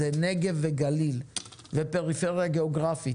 זה נגב וגליל ופריפריה גיאוגרפית.